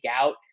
out